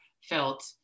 felt